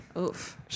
Oof